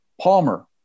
Palmer